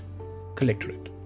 Collectorate